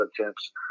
attempts